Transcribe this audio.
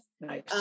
Nice